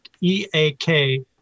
E-A-K